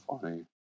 funny